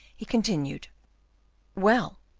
he continued well,